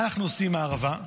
מה אנחנו עושים עם הערבה?